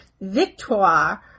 Victoire